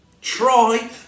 try